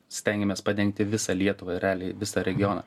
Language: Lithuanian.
stengiamės padengti visą lietuvą ir realiai visą regioną